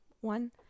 one